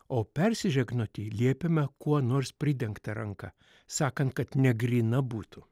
o persižegnoti liepiama kuo nors pridengta ranka sakant kad negryna būtų